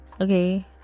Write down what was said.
Okay